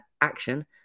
action